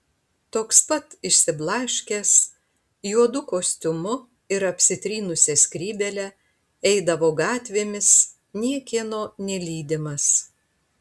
toks pat išsiblaškęs juodu kostiumu ir apsitrynusia skrybėle eidavo gatvėmis niekieno nelydimas